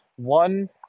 One